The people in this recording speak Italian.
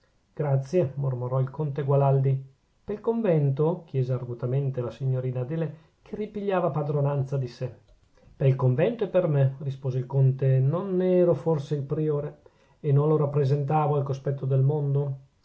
grazie mormorò il conte gualandi pel convento chiese argutamente la signorina adele che ripigliava padronanza di sè pel convento e per me rispose il conte non ne ero forse il priore e non lo rappresentavo al cospetto del mondo